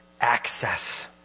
Access